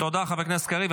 תודה, חבר הכנסת קריב.